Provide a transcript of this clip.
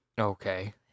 Okay